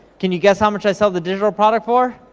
can you guess how much i seel the digital product for?